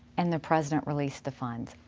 and the president released the funds.